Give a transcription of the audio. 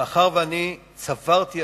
מאחר שצברתי,